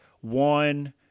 one